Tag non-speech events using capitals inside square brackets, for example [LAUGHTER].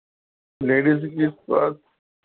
ladies ਸੰਗੀਤ [UNINTELLIGIBLE]